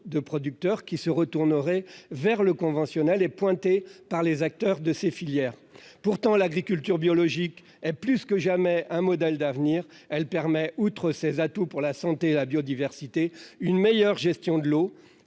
des producteurs, qui retourneraient vers les aliments conventionnels, est pointé du doigt par les acteurs de ces filières. Pourtant, l'agriculture biologique est plus que jamais un modèle d'avenir : elle permet, outre ses bienfaits sur la santé et la biodiversité, une meilleure gestion de l'eau,